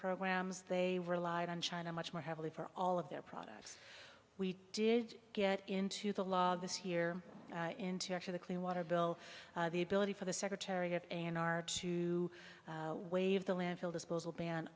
programs they relied on china much more heavily for all of their products we did get into the law this here into actually the clean water bill the ability for the secretary of an arch to waive the landfill disposal ban